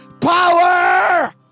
power